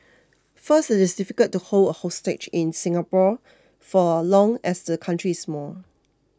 first it is difficult to hold a hostage in Singapore for long as the country is small